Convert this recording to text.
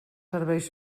serveis